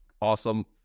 Awesome